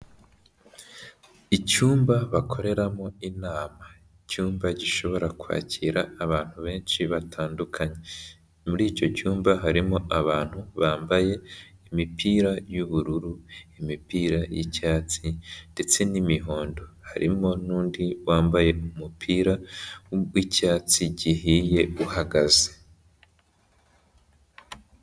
Icyumba bakoreramo inama icyumba gishobora kwakira abantu benshi batandukanye. Muri icyo cyumba harimo abantu bambaye imipira y'ubururu, imipira y'icyatsi ndetse n'imihondo. Harimo n'undi wambaye umupira w'icyatsi gihiye uhagaze..